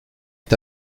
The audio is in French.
est